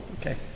Okay